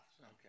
okay